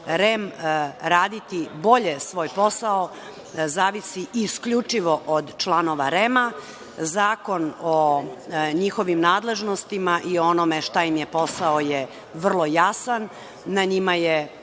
REM raditi bolje svoj posao zavisi isključivo od članova REM, zakon o njihovim nadležnostima i onome šta im je posao je vrlo jasan. Na njima je